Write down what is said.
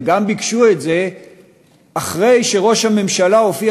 הם גם ביקשו את זה אחרי שראש הממשלה הופיע